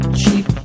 cheap